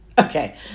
Okay